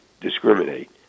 discriminate